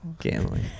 gambling